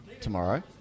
tomorrow